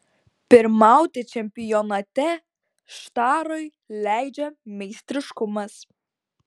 pirmauti čempionate štarui leidžia meistriškumas